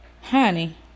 Honey